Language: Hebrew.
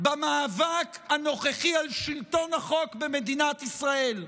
במאבק הנוכחי על שלטון החוק במדינת ישראל,